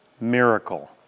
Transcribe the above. miracle